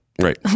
Right